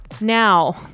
Now